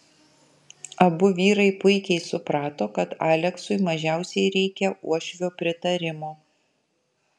abu vyrai puikiai suprato kad aleksui mažiausiai reikia uošvio pritarimo